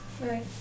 right